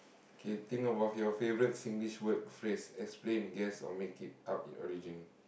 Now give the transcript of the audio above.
okay think about your favourite Singlish word phase explain guess of make it up origin